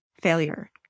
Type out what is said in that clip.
failure